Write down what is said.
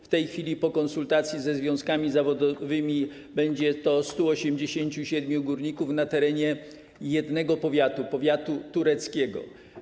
W tej chwili po konsultacjach ze związkami zawodowymi będzie to 187 górników na terenie jednego powiatu, powiatu tureckiego.